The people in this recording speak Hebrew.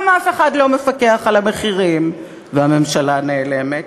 גם אף אחד לא מפקח על המחירים, והממשלה נעלמת,